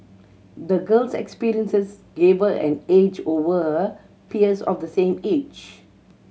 the girl's experiences gave her an edge over her peers of the same age